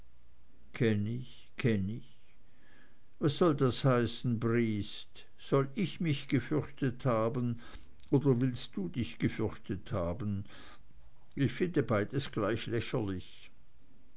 kenn ich kenn ich was soll das heißen briest soll ich mich gefürchtet haben oder willst du dich gefürchtet haben ich finde beides gleich lächerlich